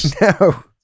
no